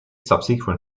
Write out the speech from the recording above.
subsequent